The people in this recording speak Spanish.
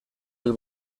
del